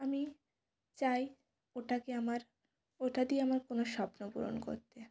আমি চাই ওটাকে আমার ওটা দিয়ে আমার কোনো স্বপ্ন পূরণ করতে